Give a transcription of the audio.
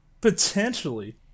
potentially